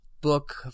book